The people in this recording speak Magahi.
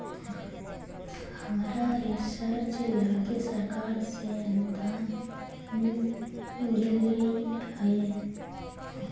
हमरा रिसर्च लागी सरकार से अनुदान मिल गेलई हे